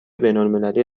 بینالمللی